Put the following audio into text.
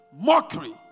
mockery